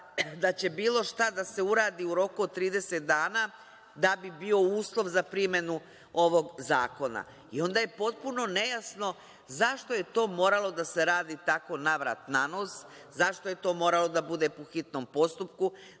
da će bilo šta da se uradi u roku od 30 dana da bi bio uslov za primenu ovog zakona. Onda je potpuno nejasno zašto je to moralo da se radi tako navrat–nanos, zašto je to moralo da bude po hitnom postupku,